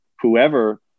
whoever